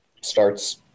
starts